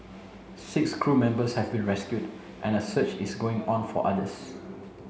six crew members have been rescued and a search is going on for others